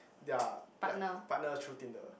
their like partner through tinder